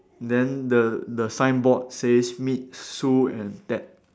then the the signboard says meet Sue and Ted